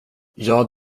jag